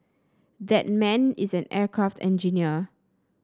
that man is an aircraft engineer